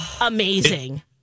amazing